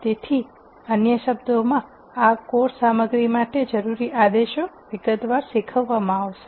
તેથી અન્ય શબ્દોમાં આ કોર્સ સામગ્રી માટે જરૂરી આદેશો વિગતવાર શીખવવામાં આવશે